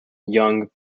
young